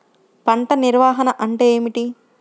పంట నిర్వాహణ అంటే ఏమిటి?